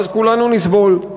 ואז כולנו נסבול.